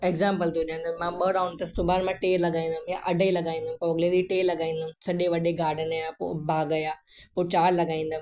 example थो ॾियां त मां ॿ राउंड तक सुभाणे मां टे लॻाईंदुमि अढाई लॻाईंदुमि पोइ अॻिले ॾींहुं टे लॻाईंदुमि सॼे वॾे गार्डन में आहे पोइ बाग़ हुया पोइ चार लॻाईंदुमि